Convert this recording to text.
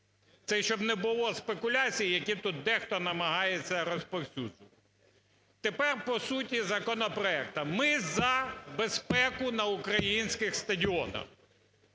Це щоб не було спекуляцій, які тут дехто намагається розповсюджувати. Тепер по суті законопроекту. Ми за безпеку на українських стадіонах.